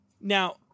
Now